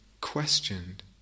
questioned